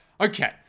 okay